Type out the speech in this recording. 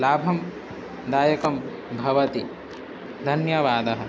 लाभदायकं भवति धन्यवादः